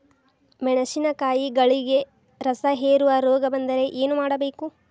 ಮೆಣಸಿನಕಾಯಿಗಳಿಗೆ ರಸಹೇರುವ ರೋಗ ಬಂದರೆ ಏನು ಮಾಡಬೇಕು?